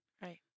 Right